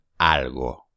algo